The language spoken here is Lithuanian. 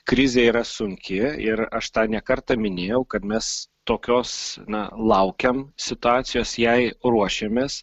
krizė yra sunki ir aš tą ne kartą minėjau kad mes tokios na laukiam situacijos jai ruošiamės